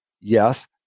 yes